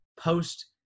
post